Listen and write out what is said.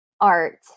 art